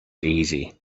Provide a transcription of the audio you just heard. easy